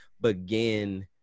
begin